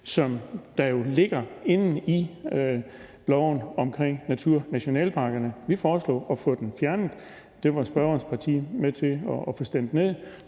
som der jo ligger i loven om naturnationalparkerne. Vi foreslog at få den fjernet. Det var spørgerens parti med til at få stemt ned.